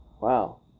Wow